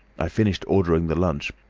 i finished ordering the lunch,